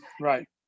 right